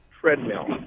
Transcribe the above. treadmill